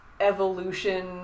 evolution